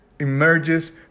emerges